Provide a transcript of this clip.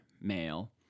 male